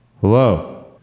Hello